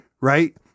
Right